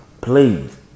please